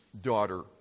daughter